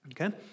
Okay